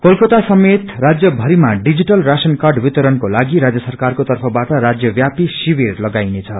क्रेलकाता समेत राज्य भरिमा डिजिटल राशन कार्ड वितरणकोलागि राज्य सरकारको तर्फबाट राज्य ब्यापी शिविर लगाइनेछ